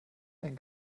ein